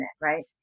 right